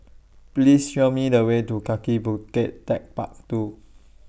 Please Show Me The Way to Kaki Bukit Techpark two